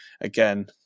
again